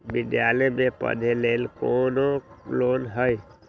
विद्यालय में पढ़े लेल कौनो लोन हई?